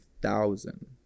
thousand